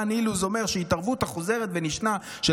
דן אילוז אומר שההתערבות החוזרת ונשנית של